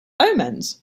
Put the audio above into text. omens